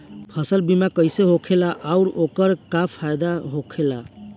फसल बीमा कइसे होखेला आऊर ओकर का फाइदा होखेला?